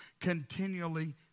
continually